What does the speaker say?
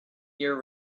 year